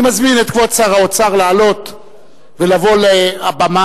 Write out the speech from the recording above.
אני מזמין את כבוד שר האוצר לעלות ולבוא לבמה,